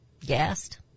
gassed